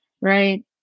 Right